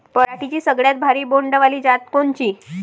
पराटीची सगळ्यात भारी बोंड वाली जात कोनची?